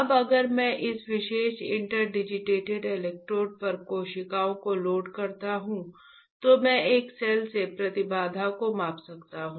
अब अगर मैं इस विशेष इंटरडिजिटेटेड इलेक्ट्रोड पर कोशिकाओं को लोड करता हूं तो मैं एक सेल के प्रतिबाधा को माप सकता हूं